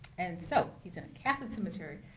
and so he's in a catholic cemetery,